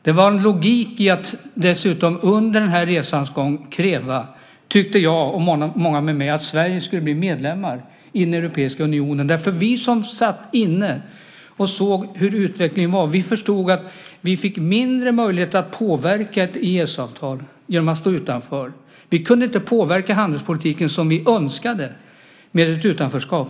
Det låg också en logik, tyckte jag och många med mig, i att dessutom under resans gång kräva att Sverige skulle bli medlem i den europeiska unionen. Vi som satt inne och såg hur utvecklingen var förstod att vi fick mindre möjligheter att påverka ett EES-avtal genom att stå utanför. Vi kunde inte påverka handelspolitiken som vi önskade med ett utanförskap.